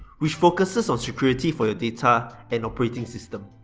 which focuses on security for your data and operating system.